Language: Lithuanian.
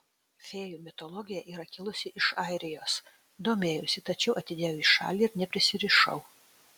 fėjų mitologija yra kilusi iš airijos domėjausi tačiau atidėjau į šalį ir neprisirišau